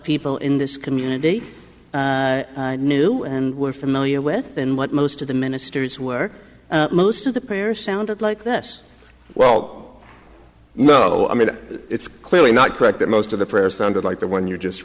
people in this community knew and were familiar with and what most of the ministers were most of the prayer sounded like this well no i mean it's clearly not correct that most of the prayer sounded like the one you just